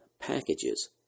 packages